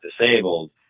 disabled